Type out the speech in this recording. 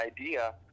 idea